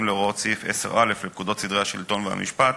להוראות סעיף 10א לפקודת סדרי השלטון והמשפט,